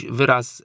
wyraz